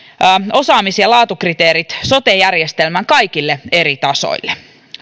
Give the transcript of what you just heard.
osaamis ja laatukriteerit sote järjestelmän kaikille eri tasoille